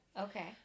okay